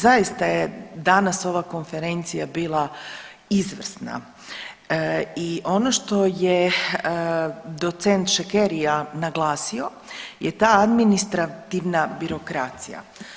Zaista je danas ova konferencija bila izvrsna i ono što je docent Šekerija naglasio je ta administrativna birokracija.